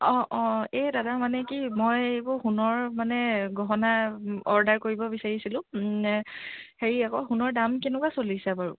অঁ অঁ এই দাদা মানে কি মই এইবোৰ সোণৰ মানে গহনা অৰ্ডাৰ কৰিব বিচাৰিছিলোঁ হেৰি আকৌ সোণৰ দাম কেনেকুৱা চলিছে বাৰু